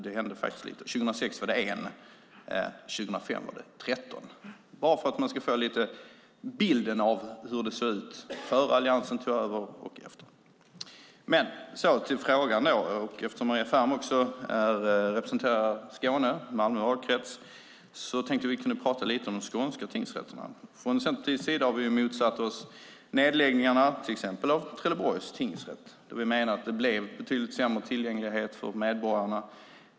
Det hände faktiskt lite. År 2006 lades en tingsrätt ned, och år 2005 var det 13 tingsrätter. Det här var bara för att få en bild av hur det såg ut innan Alliansen tog över och efter. Låt mig gå över till frågan. Eftersom Maria Ferm också representerar Skåne, Malmö valkrets, tänkte jag att vi kunde prata lite om de skånska tingsrätterna. Från Centerpartiets sida har vi motsatt oss nedläggningen av till exempel Trelleborgs tingsrätt. Vi menar att det blev betydligt sämre tillgänglighet för medborgarna.